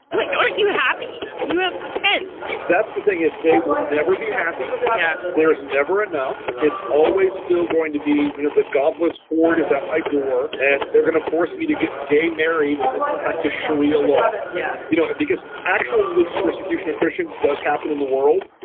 like aren't you happy you have pence? that's the thing is they will never be happy. yeah. there's never enough. it's always still going to be. you know, the godless horde is at my door and they're going to force me to get gay married and then practice sharia law. yeah. you know, because actual religious persecution of christians does happen in the world.